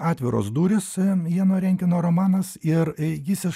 atviros durys jano renkeno romanas ir jis